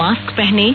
mask पहनें